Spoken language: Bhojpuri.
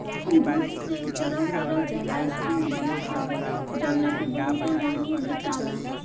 दूध से तरह तरह के आइसक्रीम बनत हवे जवना के बहुते महंग बेचाला